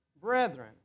Brethren